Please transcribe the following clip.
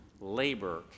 labor